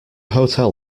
hotel